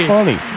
Funny